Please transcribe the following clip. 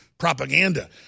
Propaganda